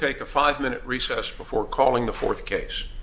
take a five minute recess before calling the fourth case